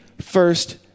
first